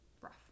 rough